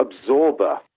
absorber